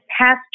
past